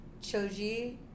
Choji